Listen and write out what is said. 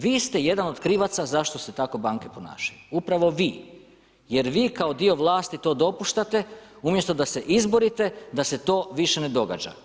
Vi ste jedan od krivaca zašto se tako banke ponašaju, upravo vi jer vi kao dio vlasti to dopuštate umjesto da se izborite da se to više ne događa.